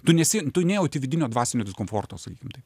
tu nesi tu nejauti vidinio dvasinio diskomforto sakykim taip